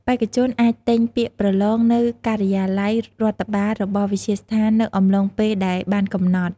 បេក្ខជនអាច ទិញពាក្យប្រឡងនៅការិយាល័យរដ្ឋបាល របស់វិទ្យាស្ថាននៅអំឡុងពេលដែលបានកំណត់។